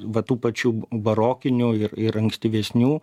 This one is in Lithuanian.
va tų pačių barokinių ir ir ankstyvesnių